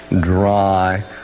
dry